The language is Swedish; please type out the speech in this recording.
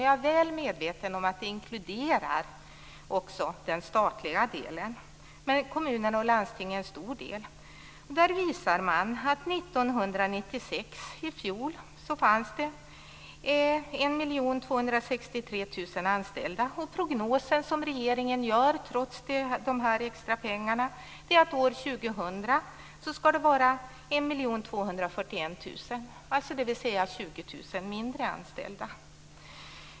Jag är väl medveten om att däri inkluderas också den statliga delen, men kommunerna och landstingen utgör en stor del. Det framgår att det 1996, i fjol, fanns 1 263 000 anställda. Regeringens prognos är att det år 2000, trots extrapengarna, skall vara fråga om 1 241 000 anställda, alltså 20 000 färre anställda.